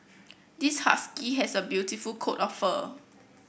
this husky has a beautiful coat of fur